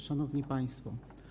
Szanowni Państwo!